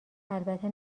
البته